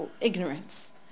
ignorance